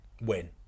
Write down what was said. win